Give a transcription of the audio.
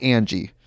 Angie